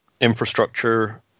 infrastructure